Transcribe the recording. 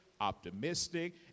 optimistic